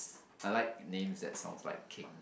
I like names that sound like king